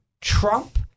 Trump